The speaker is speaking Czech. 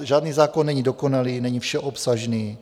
Žádný zákon není dokonalý, není všeobsažný.